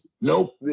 Nope